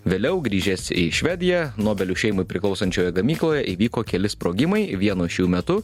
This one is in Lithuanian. vėliau grįžęs į švediją nobelių šeimai priklausančioje gamykloje įvyko keli sprogimai vieno iš jų metu